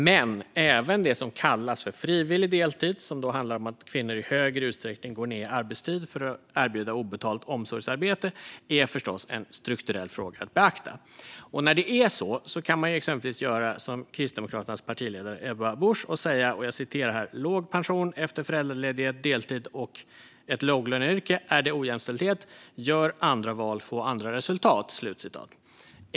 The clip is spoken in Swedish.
Men även det som kallas för frivillig deltid, som handlar om att kvinnor i högre utsträckning går ned i arbetstid för att erbjuda obetalt omsorgsarbete, är förstås en strukturell fråga att beakta. När det är så kan man exempelvis göra som Kristdemokraternas partiledare Ebba Busch och säga: "Låg pension efter föräldraledighet, deltid och ett låglöneyrke. Är det ojämställdhet? Gör andra val, få annat resultat."